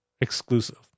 exclusive